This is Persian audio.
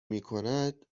میکند